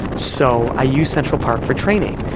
so i used central park for training.